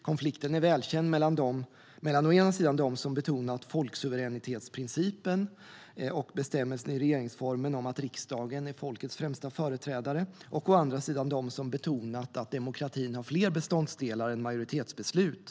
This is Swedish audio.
Konflikten är välkänd mellan å ena sidan dem som har betonat folksuveränitetsprincipen och bestämmelsen i regeringsformen om att riksdagen är folkets främsta företrädare och å andra sidan dem som har betonat att demokratin har fler beståndsdelar än majoritetsbeslut.